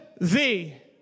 thee